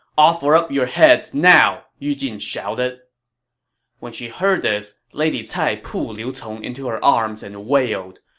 offer up your heads now! yu jin shouted when she heard this, lady cai pulled liu cong into her arms and wailed.